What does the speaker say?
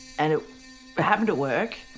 and it but happened at work,